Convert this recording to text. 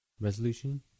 Resolution